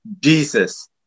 Jesus